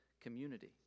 community